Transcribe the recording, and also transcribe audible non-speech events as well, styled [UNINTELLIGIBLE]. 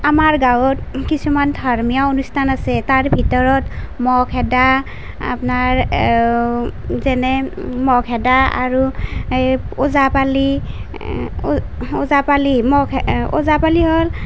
আমাৰ গাঁৱত কিছুমান ধৰ্মীয় অনুষ্ঠান আছে তাৰ ভিতৰত মহ খেদা আপোনাৰ যেনে মহ খেদা আৰু সেই ওজা পালি [UNINTELLIGIBLE] ওজা পালি মহ ওজা পালি হ'ল